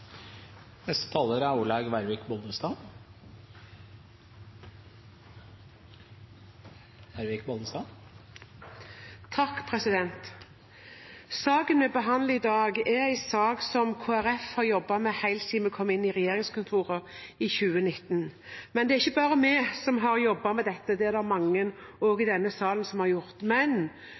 Saken vi behandler i dag, er en sak som Kristelig Folkeparti har jobbet med helt siden vi kom inn i regjeringskontorene i 2019. Det er ikke bare vi som har jobbet med dette, det er det mange – også i denne salen – som har gjort.